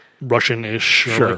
Russian-ish